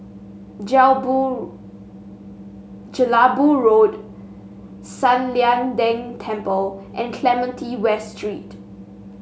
Jelebu Road San Lian Deng Temple and Clementi West Street